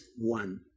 One